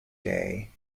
day